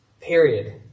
Period